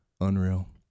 Unreal